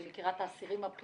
אני מכירה את האסירים הפליליים,